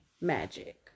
magic